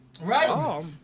right